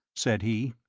said he.